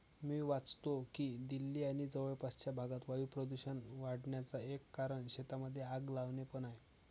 मी वाचतो की दिल्ली आणि जवळपासच्या भागात वायू प्रदूषण वाढन्याचा एक कारण शेतांमध्ये आग लावणे पण आहे